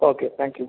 okay thank you